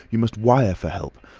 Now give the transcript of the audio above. you must wire for help.